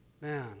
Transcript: man